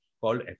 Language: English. called